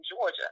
Georgia